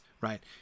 right